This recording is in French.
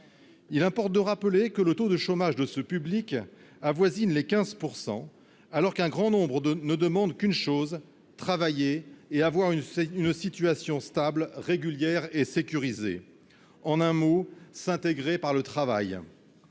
il importe de rappeler que le taux de chômage de ce public avoisine les 15 % alors qu'un grand nombre de ne demandent qu'une chose : travailler et avoir une c'est une situation stable régulière et sécurisé, en un mot s'intégrer par le travail,